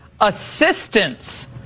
Assistance